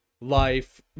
life